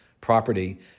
property